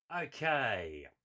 Okay